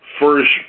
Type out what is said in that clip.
first